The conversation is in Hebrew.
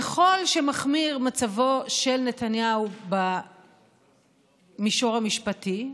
ככל שמחמיר מצבו של נתניהו במישור המשפטי,